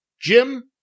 Jim